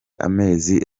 amezi